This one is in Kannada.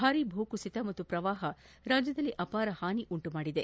ಭಾರೀ ಭೂಕುಸಿತ ಮತ್ತು ಪ್ರವಾಹ ರಾಜ್ಯದಲ್ಲಿ ಅಪಾರ ಹಾನಿ ಉಂಟು ಮಾದಿದೆ